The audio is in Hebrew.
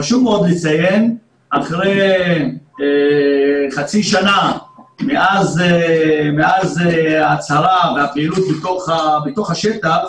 חשוב מאוד לציין שאחרי חצי שנה מאז ההצהרה והפעילות בתוך השטח